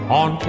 on